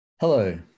Hello